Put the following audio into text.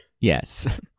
Yes